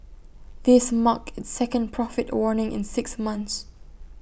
this marked its second profit warning in six months